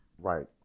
Right